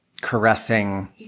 caressing